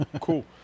Cool